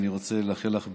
אני רוצה לאחל לך בהצלחה.